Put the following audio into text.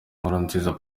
nkurunziza